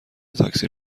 تاکسی